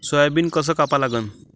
Soybean कस कापा लागन?